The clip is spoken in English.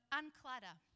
unclutter